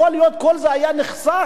יכול להיות שכל זה היה נחסך